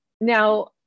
Now